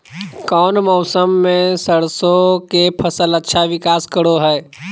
कौन मौसम मैं सरसों के फसल अच्छा विकास करो हय?